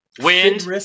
Wind